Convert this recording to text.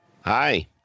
Hi